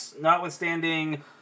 notwithstanding